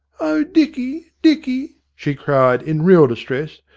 o, dicky, dicky she cried, in real distress,